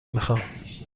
میخام